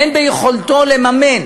אין ביכולתו לממן